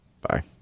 Bye